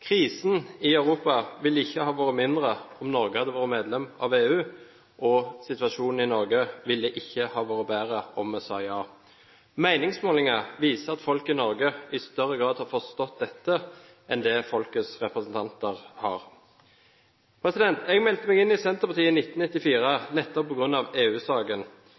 Krisen i Europa ville ikke ha vært mindre om Norge hadde vært medlem av EU, og situasjonen i Norge ville ikke ha vært bedre om vi sa ja. Meningsmålinger viser at folk i Norge i større grad enn folkets representanter har forstått dette. Jeg meldte meg inn i Senterpartiet i 1994 nettopp